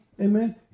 Amen